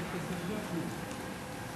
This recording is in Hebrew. נכון?